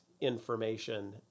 information